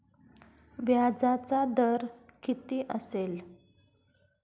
व्याजाचा दर किती असेल?